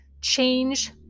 change